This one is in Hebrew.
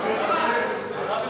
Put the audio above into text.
לא הצבעתי.